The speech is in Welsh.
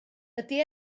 ydy